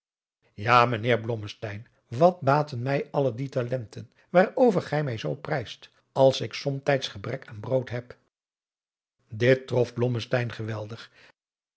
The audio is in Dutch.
ja mijnheer blommesteyn wat baten mij alle die talenten waarover gij mij zoo prijst als ik somtijds gebrek aan brood heb dit trof blommesteyn geweldig